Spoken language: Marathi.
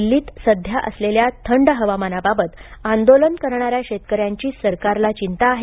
दिल्लीत सध्या असलेल्या थंड हवामानबाबत आंदोलन करणाऱ्या शेतकऱ्यांची सरकारला चिंता आहे